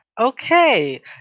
Okay